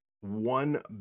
one